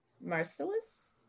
Marcellus